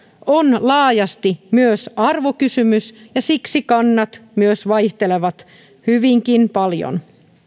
on laajasti myös arvokysymys ja siksi kannat myös vaihtelevat hyvinkin paljon